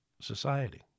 society